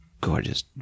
gorgeous